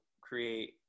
create